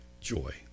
Joy